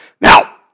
Now